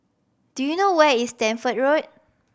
do you know where is Stamford Road